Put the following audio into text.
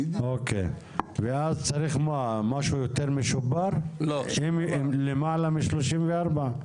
ואז צריך משהו משופר יותר, למעלה מ-34?